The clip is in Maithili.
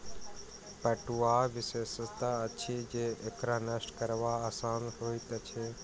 पटुआक विशेषता अछि जे एकरा नष्ट करब आसान होइत अछि